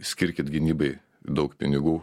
skirkit gynybai daug pinigų